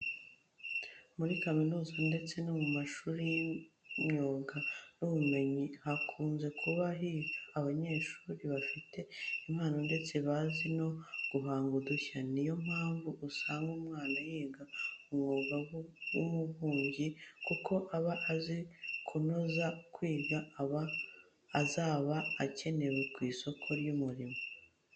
Muri kaminuza ndetse no mu mashuri y'imyuga n'ubumenyingiro hakunze kuba higa abanyeshuri bafite impano ndetse bazi no guhanga udushya. Ni yo mpamvu usanga umwana yiga umwuga w'ububumbyi kuko aba azi ko nasoza kwiga azaba akenewe ku isoko ry'umurimo.